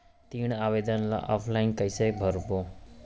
ऋण आवेदन ल ऑफलाइन कइसे भरबो?